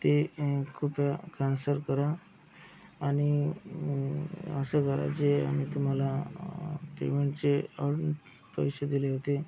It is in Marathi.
ते कृपया कॅन्सल करा आणि असं करा जे आम्ही तुम्हाला पेमेंटचे आणि पैसे दिले होते